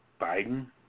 Biden